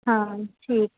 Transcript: ਹਾਂ ਠੀਕ